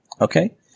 Okay